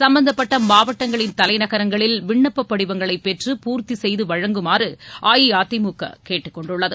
சம்பந்தப்பட்ட மாவட்டங்களின் தலைநகரங்களில் விண்ணப்பப் படிவங்களை பெற்று பூர்த்தி செய்து வழங்குமாறு அஇஅதிமுக கேட்டுக் கொண்டுள்ளது